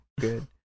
good